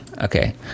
Okay